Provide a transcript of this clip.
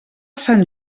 sant